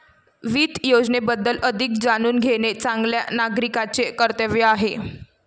वित्त योजनेबद्दल अधिक जाणून घेणे चांगल्या नागरिकाचे कर्तव्य आहे